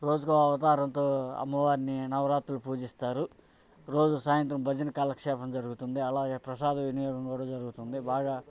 రోజుకో అవతారంతో అమ్మవారిని నవరాత్రులు పూజిస్తారు రోజు సాయంత్రం భజన కాలక్షేపం జరుగుతుంది అలాగే ప్రసాదం వినియోగం కూడా జరుగుతుంది బాగా